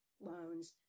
loans